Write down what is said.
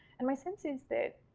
and my sense is that,